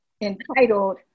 entitled